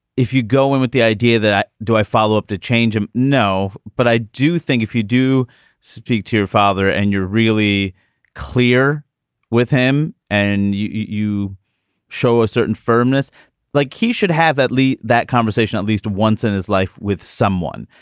if you go in with the idea that do i follow up to change him? no. but i do think if you do speak to your father and you're really clear with him and you you show a certain firmness like he should have at least that conversation at least once in his life with someone,